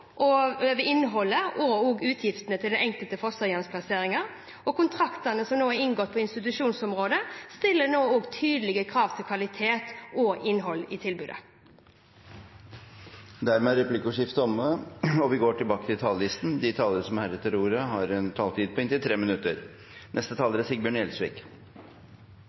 innholdet og også utgiftene til de enkelte fosterhjemsplasseringene, og kontraktene som nå er inngått på institusjonsområdet, stiller også tydelige krav til kvalitet og innhold i tilbudet. Replikkordskiftet er omme. De talere som heretter får ordet, har en taletid på inntil 3 minutter. Det vi diskuterer her i dag, er